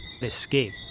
Escape